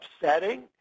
upsetting